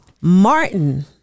Martin